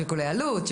שיקולי עלות,